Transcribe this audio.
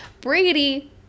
Brady